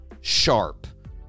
sharp